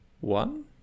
One